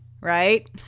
right